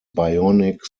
bionic